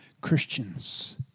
Christians